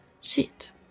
sit